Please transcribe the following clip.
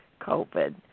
COVID